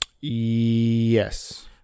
Yes